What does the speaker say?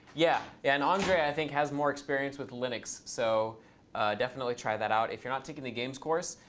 yeah. and andre, i think, has more experience with linux. so definitely try that out. if you're not taking the games course,